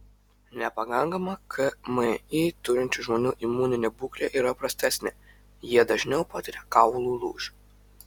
nepakankamą kmi turinčių žmonių imuninė būklė yra prastesnė jie dažniau patiria kaulų lūžių